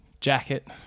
jacket